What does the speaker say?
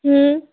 হুম